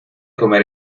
comer